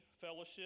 fellowship